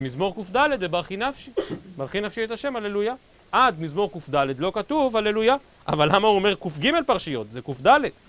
מזמור ק"ד זה ברכי נפשי, ברכי נפשי את השם, הללויה. עד מזמור ק"ד לא כתוב, הללויה. אבל למה הוא אומר ק"ג פרשיות? זה ק"ד.